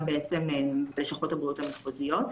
החולים וגם בעצם בלשכות הבריאות המחוזיות.